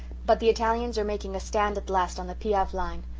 but the italians are making a stand at last on the piave line.